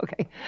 Okay